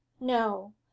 no